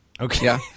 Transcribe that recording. okay